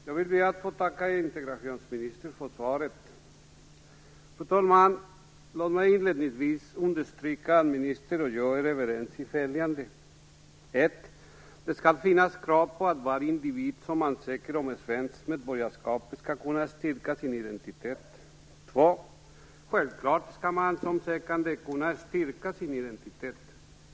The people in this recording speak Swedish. Fru talman! Jag vill tacka integrationsministern för svaret. Fru talman! Låt mig inledningsvis understryka att ministern och jag är överens om följande: För det första är vi överens om att det skall finnas krav på att varje individ som ansöker om svenskt medborgarskap skall kunna styrka sin identitet. För det andra är vi överens om att man som sökande självklart skall kunna styrka sin identitet.